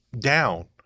down